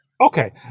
Okay